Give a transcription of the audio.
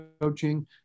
coaching